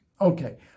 Okay